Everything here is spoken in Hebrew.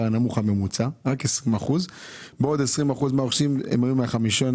הנמוך הממוצע ועוד 20 אחוזים מהרוכשים היו מהחמישון